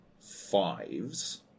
fives